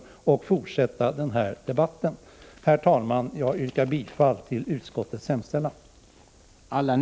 Herr talman! Jag ber att få yrka bifall till utskottets hemställan.